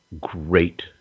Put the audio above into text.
great